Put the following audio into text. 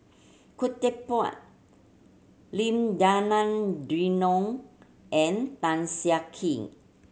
Khoo Teck Puat Lim Denan Denon and Tan Siah Kwee